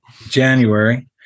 january